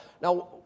now